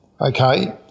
okay